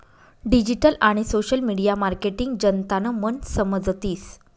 digital आणि social media marketing जनतानं मन समजतीस